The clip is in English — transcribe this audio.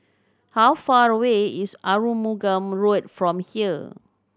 how far away is Arumugam Road from here